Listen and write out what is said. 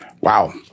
Wow